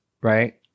right